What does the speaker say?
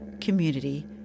community